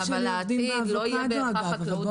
העתיד לא יהיה בהכרח חקלאות בחאקי.